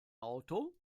auto